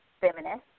feminist